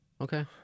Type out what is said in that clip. Okay